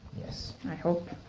yes. i hope!